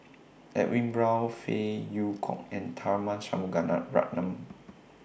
Edwin Brown Phey Yew Kok and Tharman